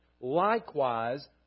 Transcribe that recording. Likewise